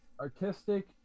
Artistic